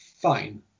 fine